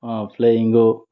playing